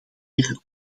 meer